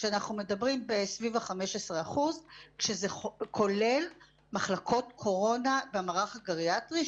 אנחנו מדברים על סביב 15% שזה כולל מחלקות קורונה והמערך הגריאטרי,